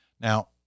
Now